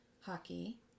hockey